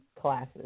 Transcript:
classes